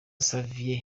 xavier